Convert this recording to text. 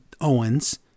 Owens